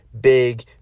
big